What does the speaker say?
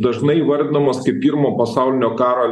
dažnai įvardinamas kaip pirmo pasaulinio karo